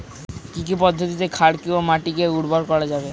কি পদ্ধতিতে ক্ষারকীয় মাটিকে উর্বর করা যাবে?